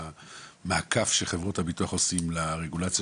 והמעקף שחברות הביטוח עושים לרגולציה